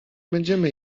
będziemy